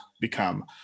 become